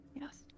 Yes